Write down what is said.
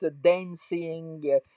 dancing